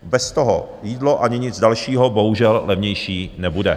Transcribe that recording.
Bez toho jídlo ani nic dalšího bohužel levnější nebude.